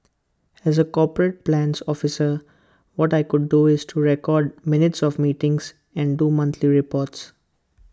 as A corporate plans officer what I could do is to record minutes of meetings and do monthly reports